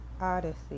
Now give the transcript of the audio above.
Odyssey